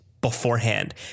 beforehand